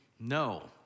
No